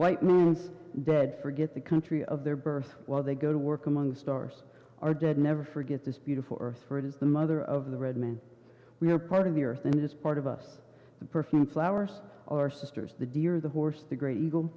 white man's dead forget the country of their birth while they go to work among the stars are dead never forget this beautiful earth for it is the mother of the red man we are part of the earth in this part of us the perfume flowers our sisters the deer the horse the great eagle